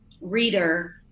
reader